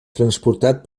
transportat